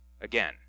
again